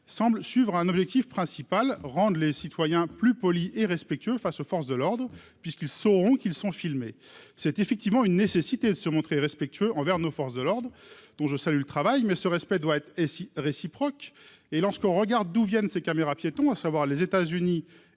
semble suivre un objectif principal, rendent les citoyens plus Poli et respectueux, face aux forces de l'ordre puisqu'ils sauront qu'ils sont filmés, c'est effectivement une nécessité de se montrer respectueux envers nos forces de l'ordre, dont je salue le travail mais ce respect doit être et si réciproque et lorsqu'on regarde d'où viennent ces caméras piétons, à savoir les États-Unis